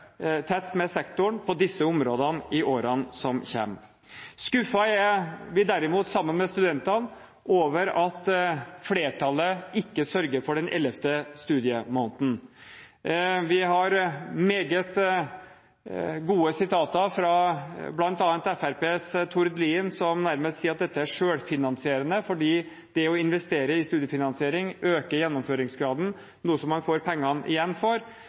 tett med sektoren på disse områdene i årene som kommer. Skuffet er vi derimot, sammen med studentene, over at flertallet ikke sørger for den ellevte studiemåneden. Vi har meget gode sitater fra bl.a. Fremskrittspartiets Tord Lien, som nærmest sier at dette er selvfinansierende, fordi det å investere i studiefinansiering, øker gjennomføringsgraden, noe man får pengene igjen for.